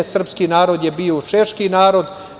Srpski narod je bio uz Češki narod.